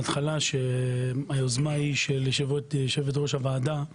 לומר שהיוזמה היא של יושבת-ראש הוועדה בעניין.